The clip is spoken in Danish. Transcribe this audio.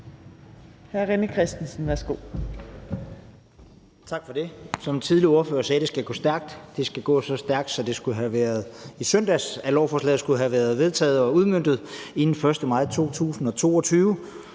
René Christensen (DF): Tak for det. Som en tidligere ordfører sagde: Det skal gå stærkt; det skal gå så stærkt, at det skulle have været i søndags, at lovforslaget skulle have været vedtaget, så det kunne have